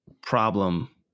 problem